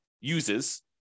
uses